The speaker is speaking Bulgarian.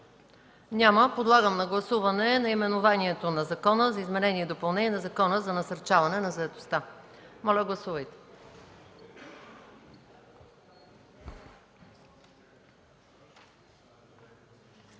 Няма. Подлагам на гласуване наименованието на Закона за изменение и допълнение на Закона за насърчаване на заетостта. Гласували